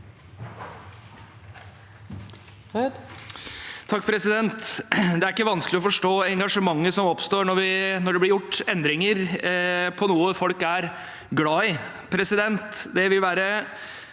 (A) Det er ikke vanskelig å forstå engasjementet som oppstår når det blir gjort endringer på noe folk er glad i.